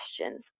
questions